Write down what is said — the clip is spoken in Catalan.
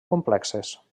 complexes